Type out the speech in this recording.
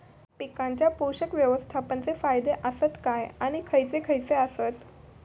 पीकांच्या पोषक व्यवस्थापन चे फायदे आसत काय आणि खैयचे खैयचे आसत?